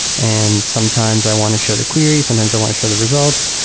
and sometimes i want to show the query. sometimes i want to show the results.